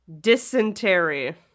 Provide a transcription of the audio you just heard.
dysentery